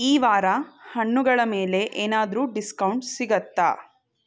ಈ ವಾರ ಹಣ್ಣುಗಳ ಮೇಲೆ ಏನಾದರೂ ಡಿಸ್ಕೌಂಟ್ ಸಿಗುತ್ತಾ